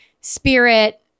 spirit